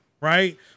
right